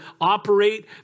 operate